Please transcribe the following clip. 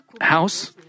house